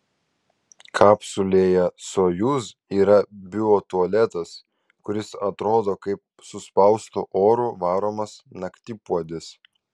kapsulėje sojuz yra biotualetas kuris atrodo kaip suspaustu oru varomas naktipuodis